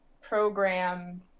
program